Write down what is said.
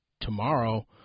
tomorrow